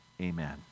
amen